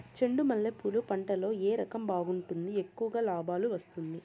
చెండు మల్లె పూలు పంట లో ఏ రకం బాగుంటుంది, ఎక్కువగా లాభాలు వస్తుంది?